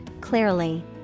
clearly